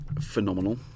phenomenal